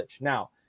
Now